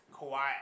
Kawhi